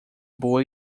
boa